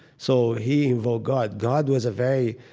so he invoked god. god was a very,